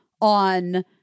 on